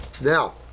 Now